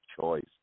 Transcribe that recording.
choice